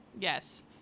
Yes